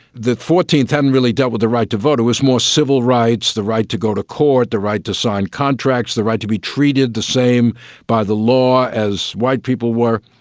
the fourteenth hadn't really dealt with the right to vote, it was more civil rights, the right to go to court, the right to sign contracts, the right to be treated the same by the law as white people were.